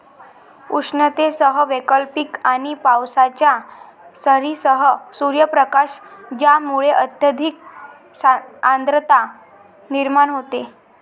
उष्णतेसह वैकल्पिक आणि पावसाच्या सरींसह सूर्यप्रकाश ज्यामुळे अत्यधिक आर्द्रता निर्माण होते